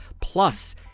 plus